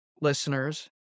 listeners